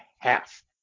half